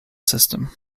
system